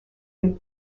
big